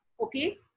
Okay